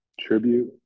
tribute